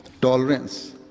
tolerance